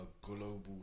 global